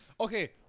Okay